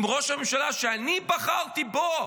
אם ראש הממשלה שאני בחרתי בו